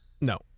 No